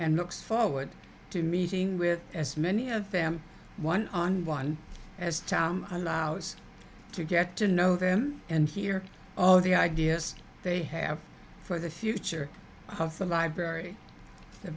and looks forward to meeting with as many of them one on one as allows to get to know them and hear all the ideas they have for the future of the library the